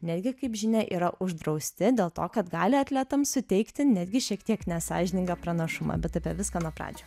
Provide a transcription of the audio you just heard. netgi kaip žinia yra uždrausti dėl to kad gali atletams suteikti netgi šiek tiek nesąžiningą pranašumą bet apie viską nuo pradžių